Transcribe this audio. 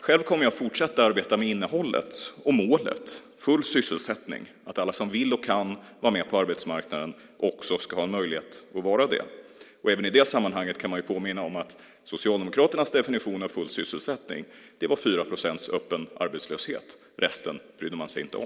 Själv kommer jag att fortsätta att arbeta med innehållet och målet, full sysselsättning, att alla som vill och kan vara på arbetsmarknaden också ska ha möjlighet att vara det. Även i det sammanhanget kan man påminna om att Socialdemokraternas definition av full sysselsättning var 4 procents öppen arbetslöshet. Resten brydde man sig inte om.